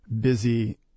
busy